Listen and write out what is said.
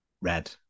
red